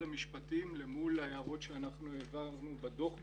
המשפטים למול ההערות שאנחנו העברנו בדוח בשעתו.